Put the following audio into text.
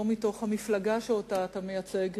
לא מתוך המפלגה שאתה מייצג,